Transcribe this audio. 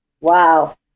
Wow